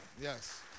Yes